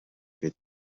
fet